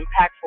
impactful